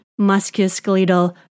musculoskeletal